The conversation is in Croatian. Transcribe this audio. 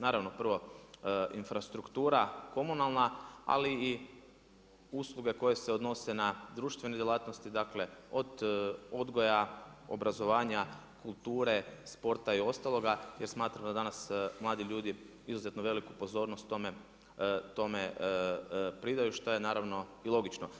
Naravno prvo, infrastruktura komunalna ali i usluge koje se odnose ne društvene djelatnosti, dakle od odgoja, obrazovanja, kulture, sporta i ostaloga jer smatramo da danas mladi ljudi izuzetno veliku pozornost tome pridaju šta je naravno i logično.